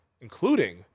including